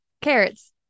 carrots